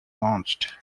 launched